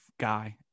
guy